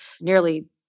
nearly